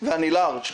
ואני לארג'.